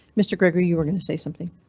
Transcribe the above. mr. gregory you were going to say something.